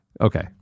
okay